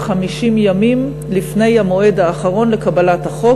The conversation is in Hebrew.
50 ימים לפני המועד האחרון לקבלת החוק.